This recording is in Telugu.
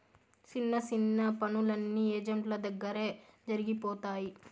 సిన్న సిన్న పనులన్నీ ఏజెంట్ల దగ్గరే జరిగిపోతాయి